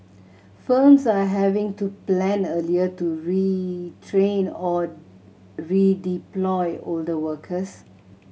firms are having to plan earlier to retrain or redeploy older workers